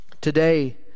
today